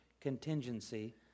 contingency